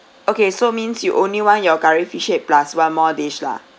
okay so means you only want your curry fish head plus one more dish lah